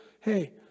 hey